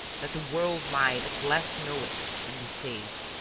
that the world might at last know it and be saved.